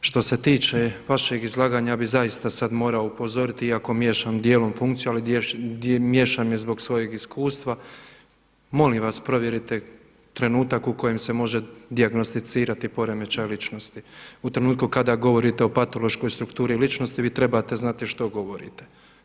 Što se tiče vašeg izlaganja ja bih zaista sada morao upozoriti iako miješam dijelom funkciju, ali miješam je zbog svojeg iskustva, molim vas provjerite trenutak u kojem se može dijagnosticirati poremećaj ličnosti u trenutku kada govorite o patološkoj strukturi ličnosti, vi trebate znati što govorite.